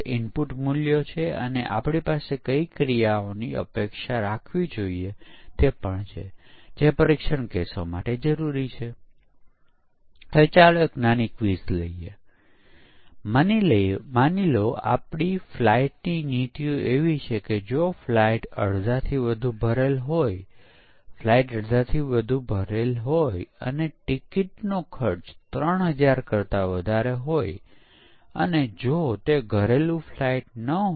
V મોડેલની ખૂબીઓ જેનો આપણે પહેલાથી ઉલ્લેખ કર્યો છે કે પરીક્ષણ પ્રવૃત્તિઓ લાઇફ સાયકલ દરમ્યાન સોફ્ટવેરની ચકાસણી અને વેલિડેશન માટેની યોજના પર ભાર મૂકે છે